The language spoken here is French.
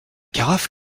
carafe